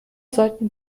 sollten